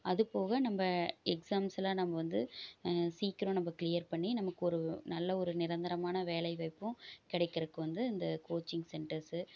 அது போக நம்ம எக்ஸாம்ஸ்ல்லாம் நம்ம வந்து சீக்கிரம் நம்ம க்ளியர் பண்ணி நமக்கு ஒரு நல்ல ஒரு நிரந்தரமான வேலை வாய்ப்பும் கிடைக்கிறக்கு வந்து இந்த கோச்சிங் சென்டர்ஸு